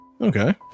Okay